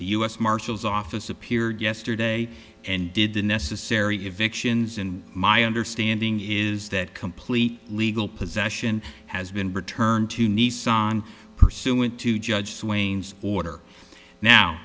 the u s marshal's office appeared yesterday and did the necessary evictions and my understanding is that complete legal possession has been returned to nissan pursuant to judge swain's order now